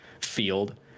field